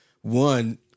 one